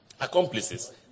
accomplices